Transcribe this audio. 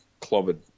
clobbered